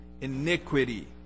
iniquity